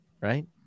right